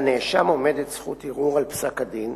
לנאשם עומדת זכות ערעור על פסק-הדין